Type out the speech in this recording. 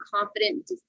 confident